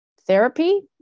therapy